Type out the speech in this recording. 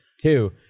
two